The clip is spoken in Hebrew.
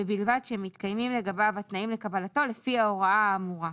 ובלבד שמתקיימים לגביו התנאים לקבלתו לפי ההוראה האמורה,